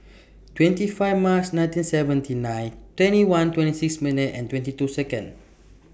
twenty five March nineteen seventy nine twenty one twenty six minutes and twenty two Seconds